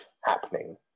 happening